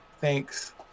Thanks